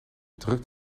drukt